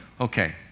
Okay